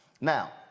Now